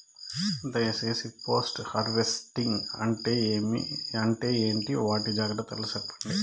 దయ సేసి post harvesting అంటే ఏంటి? వాటి జాగ్రత్తలు సెప్పండి?